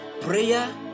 prayer